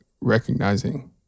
recognizing